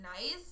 nice